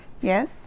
Yes